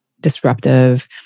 disruptive